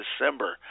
december